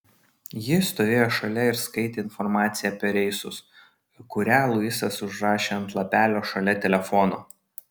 ji stovėjo šalia ir skaitė informaciją apie reisus kurią luisas užrašė ant lapelio šalia telefono